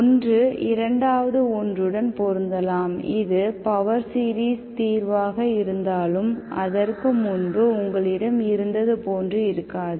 ஒன்று 2வது ஒன்றுடன் பொருந்தலாம் இது பவர் சீரிஸ் தீர்வாக இருந்தாலும் அதற்கு முன்பு உங்களிடம் இருந்தது போன்று இருக்காது